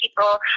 people